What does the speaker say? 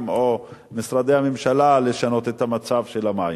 או משרדי הממשלה לשנות את המצב של המים.